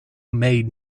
made